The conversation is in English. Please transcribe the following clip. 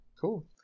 Cool